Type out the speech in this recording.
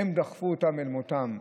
הן דחפו אותם אל מותם.